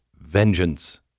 vengeance